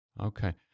okay